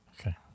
Okay